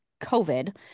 COVID